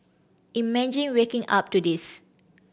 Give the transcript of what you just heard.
imagine waking up to this